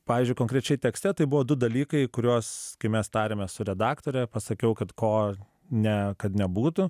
pavyzdžiui konkrečiai tekste tai buvo du dalykai kuriuos kai mes tarėmės su redaktore pasakiau kad ko ne kad nebūtų